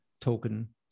token